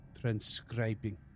transcribing